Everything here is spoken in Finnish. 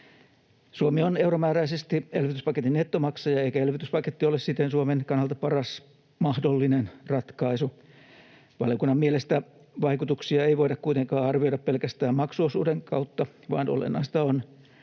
Suomi on euromääräisesti elvytyspaketin nettomaksaja, eikä elvytyspaketti ole siten Suomen kannalta paras mahdollinen ratkaisu. Valiokunnan mielestä vaikutuksia ei voida kuitenkaan arvioida pelkästään maksuosuuden kautta, vaan olennaista on,